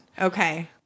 Okay